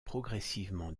progressivement